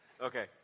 okay